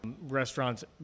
restaurants